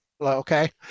okay